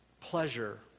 pleasure